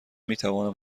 میتوانم